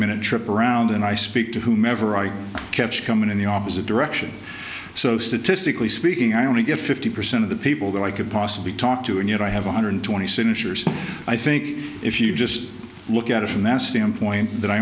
minute trip around and i speak to whomever i kept coming in the opposite direction so statistically speaking i only get fifty percent the people that i could possibly talk to and yet i have one hundred twenty signatures i think if you just look at it from that standpoint that i